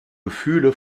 gefühle